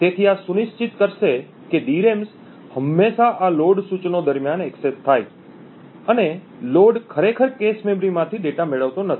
તેથી આ સુનિશ્ચિત કરશે કે ડીરેમ હંમેશા આ લોડ સૂચનો દરમિયાન એક્સેસ થાય અને લોડ ખરેખર કૅશ મેમરીમાંથી ડેટા મેળવતો નથી